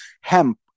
hemp